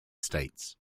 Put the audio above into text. states